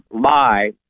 lie